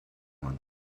one